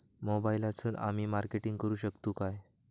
मोबाईलातसून आमी मार्केटिंग करूक शकतू काय?